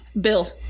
Bill